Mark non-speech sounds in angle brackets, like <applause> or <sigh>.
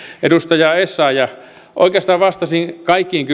edustaja essayah oikeastaan vastasin kaikkiin <unintelligible>